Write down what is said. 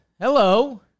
hello